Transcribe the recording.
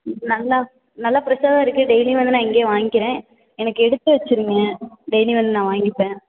ம் நல்லா நல்லா ஃப்ரெஷ்ஷா தான் இருக்குது டெய்லியும் வந்து நான் இங்கேயே வாங்கிக்கிறேன் எனக்கு எடுத்து வச்சுருங்க டெய்லியும் வந்து நான் வாங்கிப்பேன்